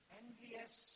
envious